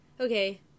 okay